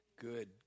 good